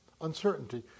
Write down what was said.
uncertainty